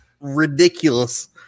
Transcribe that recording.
ridiculous